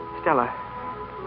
Stella